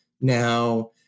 Now